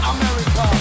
America